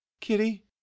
kitty